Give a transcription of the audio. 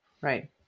right